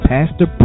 Pastor